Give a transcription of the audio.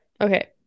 okay